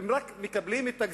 הם רק מקבלים את הגזירות,